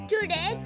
Today